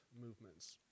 movements